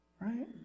Right